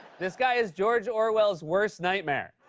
this guy is george orwell's worst nightmare,